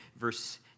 verse